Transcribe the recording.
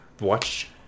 watch